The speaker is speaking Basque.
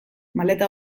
maleta